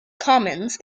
commons